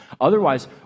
Otherwise